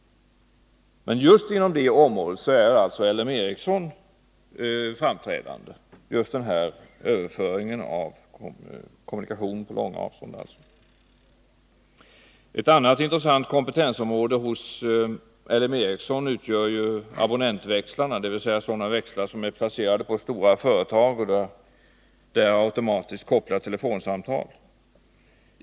Men just inom detta område — överföring av kommunikation på långa avstånd — är alltså L M Ericsson framstående. Ett annat intressant kompetensområde hos L M Ericsson utgör abonnentväxlar, dvs. växlar som är placerade hos stora företag och där automatiskt kopplar telefonsamtal.